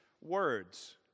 words